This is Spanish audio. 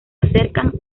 acercan